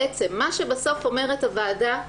מה שבסוף אומרת הוועדה,